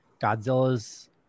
Godzilla's